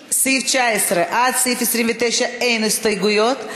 מסעיף 19 עד סעיף 29 אין הסתייגויות,